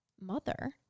mother